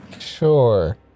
Sure